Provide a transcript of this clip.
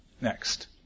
Next